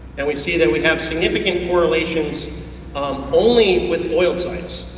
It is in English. and we see that we have significant correlations um only with oiled sites,